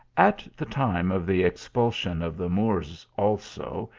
at the time of the expulsion of the moors, also,